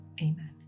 Amen